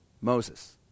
Moses